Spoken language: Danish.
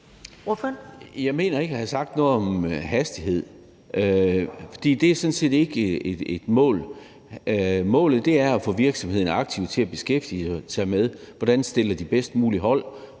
Jeg mener ikke at have sagt noget om hastighed, for det er sådan set ikke et mål. Målet er at få virksomhederne til aktivt at beskæftige sig med, hvordan de bedst muligt